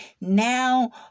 now